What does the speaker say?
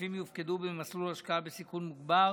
הכספים יופקדו במסלול השקעה בסיכון מוגבר